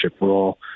role